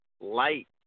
light